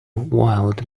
wild